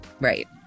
right